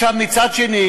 מצד שני